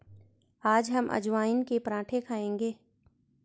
आज हम अजवाइन के पराठे खाएंगे